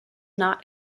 not